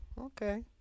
Okay